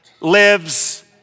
lives